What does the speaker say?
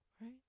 right